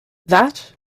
that